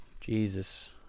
Jesus